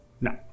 No